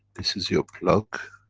this is your plug